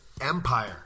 empire